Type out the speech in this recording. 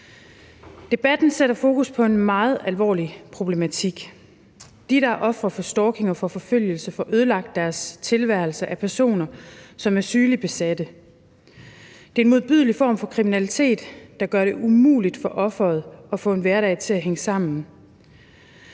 Debatten sætter fokus på en meget alvorlig problematik. De, der er ofre for stalking og for forfølgelse, får ødelagt deres tilværelse af personer, som er sygeligt besatte. Det er en modbydelig form for kriminalitet, der gør det umuligt for offeret at få en hverdag til at hænge sammen,